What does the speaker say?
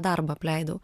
darbą apleidau